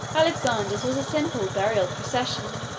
alexander's was a simple burial procession,